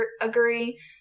agree